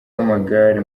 w’amagare